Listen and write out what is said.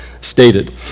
stated